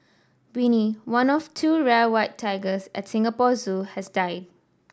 Winnie one of two rare white tigers at Singapore Zoo has died